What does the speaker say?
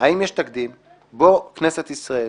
האם יש תקדים בו כנסת ישראל